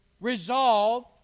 resolve